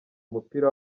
umupira